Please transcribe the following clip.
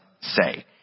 say